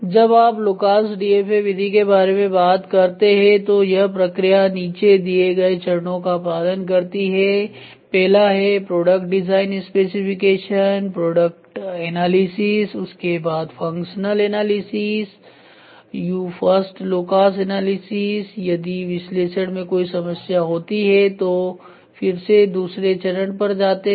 जब आप Lucas DFA विधि के बारे में बात करते हैं तो यह प्रक्रिया नीचे दिए गए चरणों का पालन करती है पहला है product design specification product analysis उसके बाद functional analysis you first Lucas analysis यदि विश्लेषण में कोई समस्या होती है तो फिर से दूसरे चरण पर जाते हैं